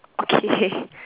okay